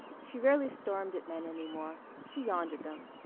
she rarely stormed at men any more she yawned at them.